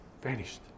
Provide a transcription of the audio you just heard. vanished